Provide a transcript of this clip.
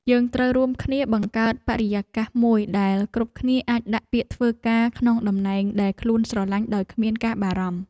យើងត្រូវរួមគ្នាបង្កើតបរិយាកាសមួយដែលគ្រប់គ្នាអាចដាក់ពាក្យធ្វើការក្នុងតំណែងដែលខ្លួនស្រឡាញ់ដោយគ្មានការបារម្ភ។